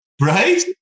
Right